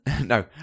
No